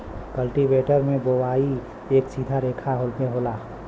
cultivator से बोवाई एक सीधा रेखा में होला